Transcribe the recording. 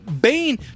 Bane